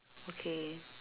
okay